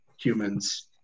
humans